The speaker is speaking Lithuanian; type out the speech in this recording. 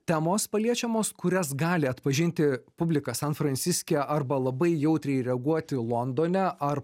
temos paliečiamos kurias gali atpažinti publika san franciske arba labai jautriai reaguoti londone ar